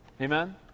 Amen